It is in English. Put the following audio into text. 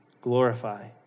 glorify